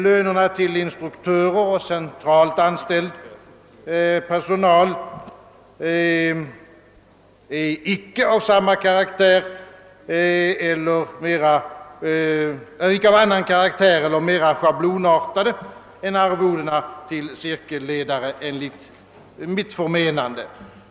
Lönerna till instruktörer och centralt anställd personal är enligt mitt förmenande inte av annan karaktär eller mera schablonartade än arvoden till studiecirkelledare.